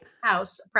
house